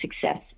Success